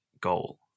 goal